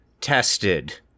tested